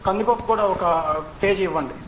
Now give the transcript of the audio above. కందిపప్పు కూడా ఒక కేజీ ఇవ్వండి